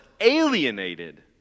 alienated